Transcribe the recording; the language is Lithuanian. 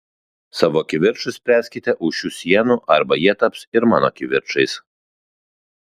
savo kivirčus spręskite už šių sienų arba jie taps ir mano kivirčais